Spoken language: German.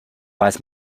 weiß